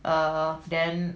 err then